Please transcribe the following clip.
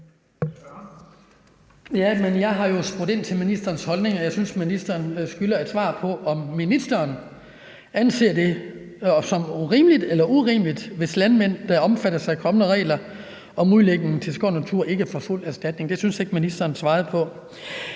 Jeg har jo spurgt ind til ministerens holdning, og jeg synes, at ministeren skylder et svar på, om ministeren anser det for rimeligt eller urimeligt, hvis landmænd, der omfattes af kommende regler om udlægning til skov og natur, ikke får fuld erstatning. Det synes jeg ikke at ministeren svarede på,